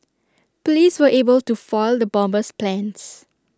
Police were able to foil the bomber's plans